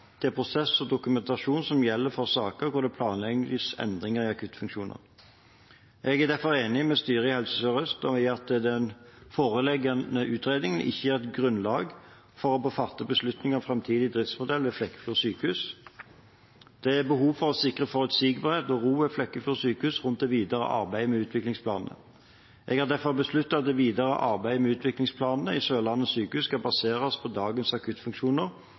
krav til prosess og dokumentasjon som gjelder for saker hvor det planlegges endring i akuttfunksjoner. Jeg er derfor enig med styret i Helse Sør-Øst i at den foreliggende utredningen ikke gir grunnlag for å fatte beslutning om framtidig driftsmodell ved Flekkefjord sykehus. Det er behov for å sikre forutsigbarhet og ro ved Flekkefjord sykehus rundt det videre arbeidet med utviklingsplanene. Jeg har derfor besluttet at det videre arbeidet med utviklingsplanen for Sørlandet sykehus skal baseres på at dagens akuttfunksjoner